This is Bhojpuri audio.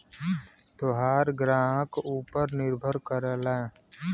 तोहार ग्राहक ऊपर निर्भर करला